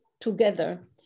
together